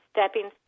stepping